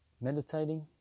meditating